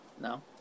No